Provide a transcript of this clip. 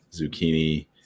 zucchini